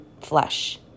flesh